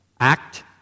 Act